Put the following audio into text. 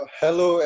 hello